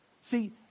See